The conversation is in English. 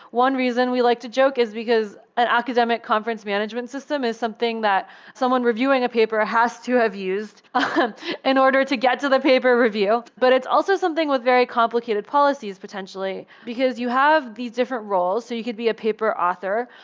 one reason we like to joke is because an academic conference management system is something that someone reviewing a paper has to have used um in order to get to the paper review. but it's also something with very complicated policies potentially, because you have these different roles, so you could be a paper author,